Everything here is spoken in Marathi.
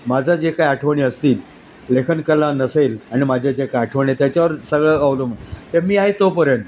माझं जे काय आठवणी असतील लेखनकला नसेल आणि माझ्या ज्या काय आठवणी आहेत त्याच्यावर सगळं अवलंबून तर मी आहे तोपर्यंत